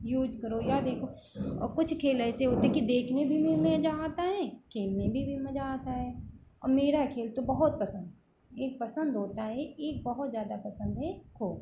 use करो या देखो और कुछ खेल ऐसे होते कि देखने भी में मज़ा आता है खेलने में भी मज़ा आता है और मेरा खेल तो बहुत पसंद है एक पसंद होता है एक बहुत ज़्यादा पसंद है खो